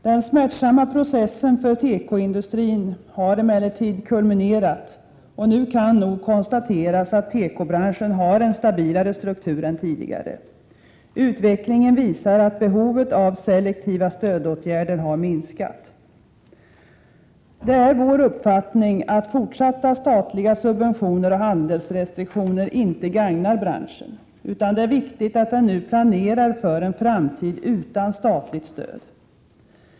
Den smärtsamma processen för tekoindustrin har emellertid kulminerat, och nu kan nog konstateras att tekobranschen har en stabilare struktur än tidigare. Utvecklingen visar att Prot. 1987/88:114 behovet av selektiva stödåtgärder har minskat. Det är vår uppfattning att fortsatta statliga subventioner och handelsrestriktioner inte gagnar branschen. Det är viktigt att nu planera för en framtid utan statligt stöd.